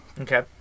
okay